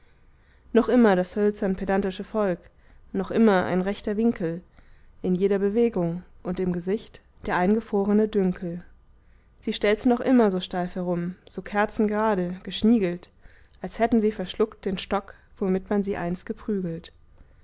noch immer das hölzern pedantische volk noch immer ein rechter winkel in jeder bewegung und im gesicht der eingefrorene dünkel sie stelzen noch immer so steif herum so kerzengerade geschniegelt als hätten sie verschluckt den stock womit man sie einst geprügelt